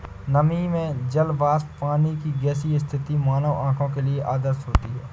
नमी में जल वाष्प पानी की गैसीय स्थिति मानव आंखों के लिए अदृश्य होती है